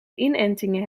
inentingen